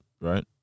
right